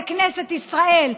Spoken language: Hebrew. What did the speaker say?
בכנסת ישראל,